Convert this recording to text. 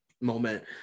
moment